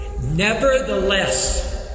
Nevertheless